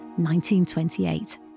1928